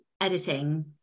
editing